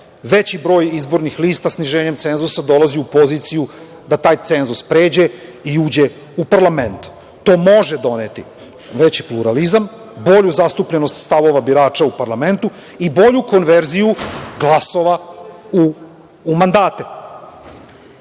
Veći broj izbornih lista sniženjem cenzusa dolazi u poziciju da taj cenzus pređe i uđe u parlament. To može doneti veći pluralizam, bolju zastupljenost stavova birača u parlamentu i bolju konverziju glasova u mandate.